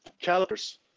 calipers